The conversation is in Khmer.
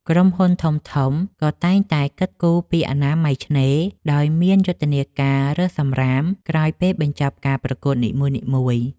ក្រុមហ៊ុនធំៗក៏តែងតែគិតគូរពីអនាម័យឆ្នេរ ដោយមានយុទ្ធនាការរើសសម្រាមក្រោយពេលបញ្ចប់ការប្រកួតនីមួយៗ។